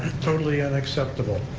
totally unacceptable.